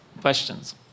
questions